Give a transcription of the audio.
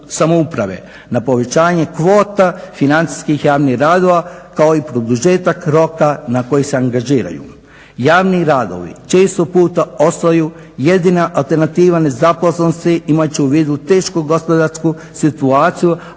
na povećanje kvota financijskih javnih radova kao i produžetak roka na koji se angažiraju. Javni radovi često puta ostaju jedina alternativa nezaposlenosti imajući u vidu tešku gospodarsku situaciju,